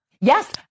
Yes